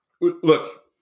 look